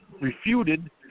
refuted